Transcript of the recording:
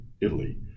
Italy